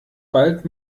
bald